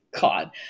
God